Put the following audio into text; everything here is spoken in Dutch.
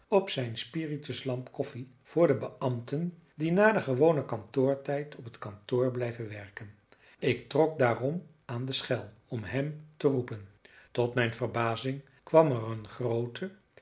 op zijn spirituslamp koffie voor de beambten die na den gewonen kantoortijd op het bureau blijven werken ik trok daarom aan de schel om hem te roepen tot mijn verbazing kwam er een groote